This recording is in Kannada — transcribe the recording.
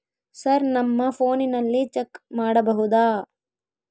ಸರ್ ನಮ್ಮ ಫೋನಿನಲ್ಲಿ ಚೆಕ್ ಮಾಡಬಹುದಾ?